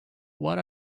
what